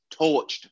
torched